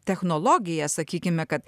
technologija sakykime kad